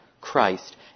Christ